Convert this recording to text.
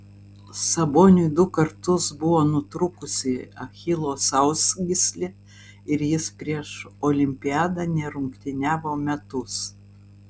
saboniui du kartus buvo nutrūkusi achilo sausgyslė ir jis prieš olimpiadą nerungtyniavo metus